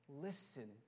Listen